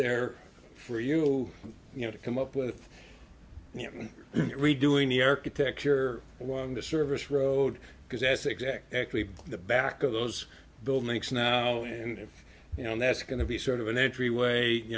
there for you you know to come up with you know redoing the architecture along the service road because that's exactly the back of those buildings now and you know that's going to be sort of an entryway you